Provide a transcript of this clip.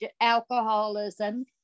alcoholism